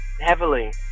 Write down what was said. heavily